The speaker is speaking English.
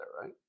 right